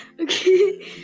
Okay